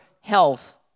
health